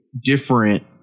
different